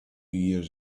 years